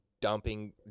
dumping